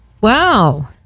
Wow